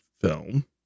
film